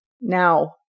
Now